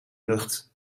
lucht